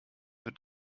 wird